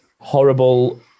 horrible